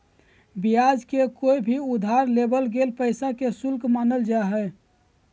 ब्याज के कोय भी उधार लेवल गेल पैसा के शुल्क मानल जा हय